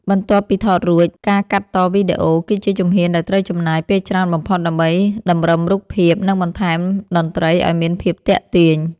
បន្ទាប់ពីថតរួច ការកាត់តវីដេអូ គឺជាជំហានដែលត្រូវចំណាយពេលច្រើនបំផុតដើម្បីតម្រឹមរូបភាព និងបន្ថែមតន្ត្រីឱ្យមានភាពទាក់ទាញ។